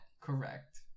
Correct